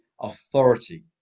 authority